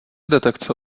detekce